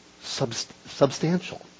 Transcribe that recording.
substantial